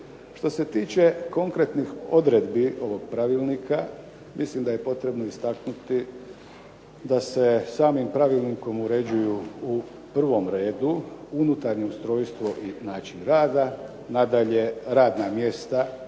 Što se tiče konkretnih odredbi ovog pravilnika mislim da je potrebno istaknuti da se samim pravilnikom uređuju u prvom redu unutarnje ustrojstvo i način rada, nadalje radna mjesta